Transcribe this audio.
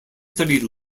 studied